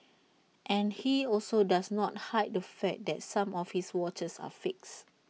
and he also does not hide the fact that some of his watches are fakes